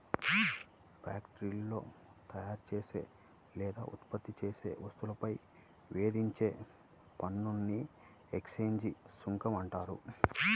ఫ్యాక్టరీలో తయారుచేసే లేదా ఉత్పత్తి చేసే వస్తువులపై విధించే పన్నుని ఎక్సైజ్ సుంకం అంటారు